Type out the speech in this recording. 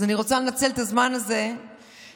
אז אני רוצה לנצל את הזמן הזה ולהקריא